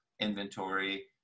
inventory